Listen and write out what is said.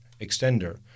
extender